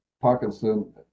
Parkinson